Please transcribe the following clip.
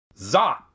Zot